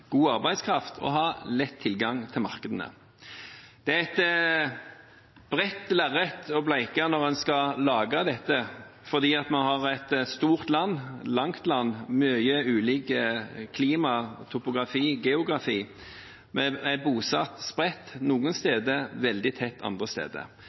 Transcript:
god arbeidskraft og ha lett tilgang til markedene. Det er et langt lerret å bleke når en skal lage dette, fordi vi har et langstrakt land, med svært ulikt klima og ulik topografi og geografi. Vi er bosatt spredt noen steder,